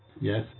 Yes